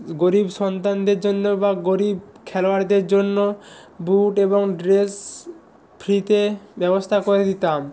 গরিব সন্তানদের জন্য বা গরিব খেলোয়াড়দের জন্য বুট এবং ড্রেস ফ্রিতে ব্যবস্থা করে দিতাম